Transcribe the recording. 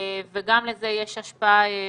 וגם לזה יש השפעה משמעותית.